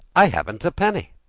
i haven't a penny.